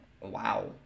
Wow